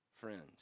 friends